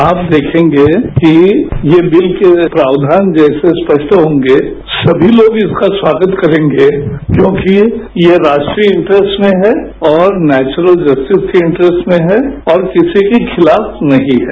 आप देखेंगे कि यह बिल के प्रावधान जैसे स्पष्ट होंगे सभी लोग इसका स्वागत करेंगे क्योंकि यह राष्ट्रीय इन्टरेस्ट में है और नेचरल जस्टिस के इन्टरेस्ट में है और किसी के खिलाफ नहीं है